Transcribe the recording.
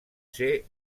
ser